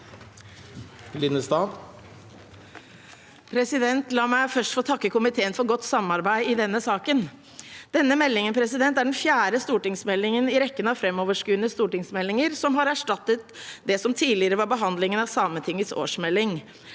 for saken): La meg først få takke komiteen for godt samarbeid i denne saken. Denne meldingen er den fjerde stortingsmeldingen i rekken av framoverskuende stortingsmeldinger som har erstattet det som tidligere var behandlingen av Sametingets årsmelding.